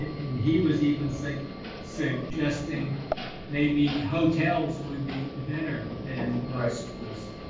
and he was even like suggesting maybe hotels would be better than schools